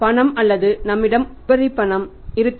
பணம் அல்லது நம்மிடம் உபரிபணம் இருக்கும்